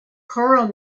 choral